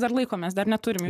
dar laikomės dar neturime